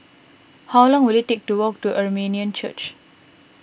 how long will it take to walk to Armenian Church